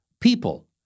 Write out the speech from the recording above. people